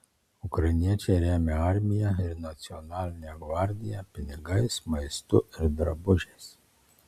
ukrainiečiai remia armiją ir nacionalinę gvardiją pinigais maistu ir drabužiais